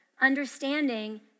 understanding